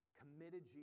committed